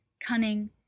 cunning